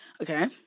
Okay